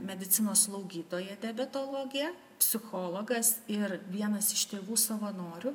medicinos slaugytoja diabetologė psichologas ir vienas iš tėvų savanorių